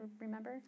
remember